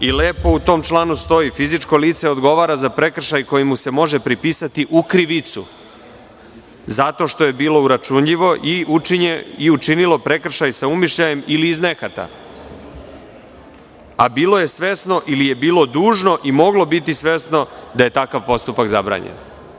U tom članu lepo stoji da fizičko lice odgovara za prekršaj koji mu se može pripisati u krivicu zato što je bilo uračunljivo i učinilo prekršaj sa umišljajem ili iz nehata, a bilo je svesno ili je bilo dužno i moglo je biti svesno da je takav postupak zabranjen.